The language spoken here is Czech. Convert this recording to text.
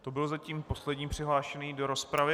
To byl zatím poslední přihlášený do rozpravy.